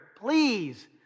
please